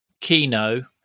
Kino